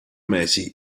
mesi